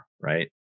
right